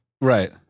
Right